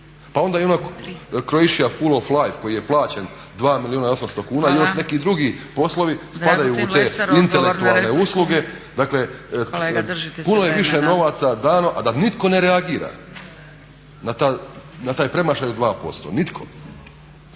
pa onda i ona Croatia full of life koji je plaćen 2 milijuna i 800 tisuća kuna i neki drugi poslovi spadaju u te intelektualne usluge, dakle puno je više novaca dano a da nitko ne reagira na taj premašaj u 2%, nitko.